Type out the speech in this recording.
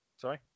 Sorry